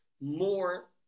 More